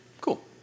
Cool